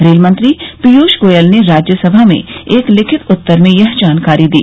rail मंत्री पीयूष गोयल ने राज्य सभा में एक लिखित उत्तर में यह जानकारी दी